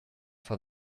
for